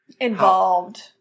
Involved